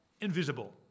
invisible